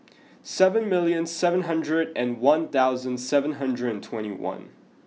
seven million seven hundred and one thousand seven hundred and twenty one